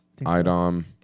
Idom